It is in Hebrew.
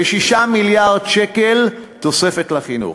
כ-6 מיליארד שקלים תוספת לחינוך,